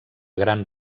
gran